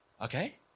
Okay